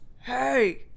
Hey